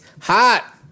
hot